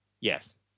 yes